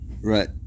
Right